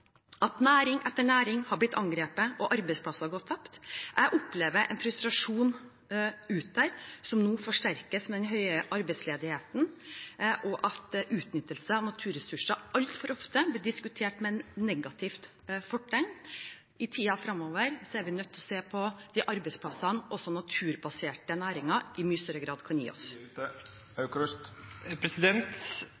at næring etter næring har blitt angrepet, og at arbeidsplasser har gått tapt. Jeg opplever en frustrasjon der ute som nå forsterkes av den høye arbeidsledigheten, og at utnyttelse av naturressurser altfor ofte blir diskutert med negativt fortegn. I tiden fremover er vi i mye større grad nødt til å se på de arbeidsplassene de naturbaserte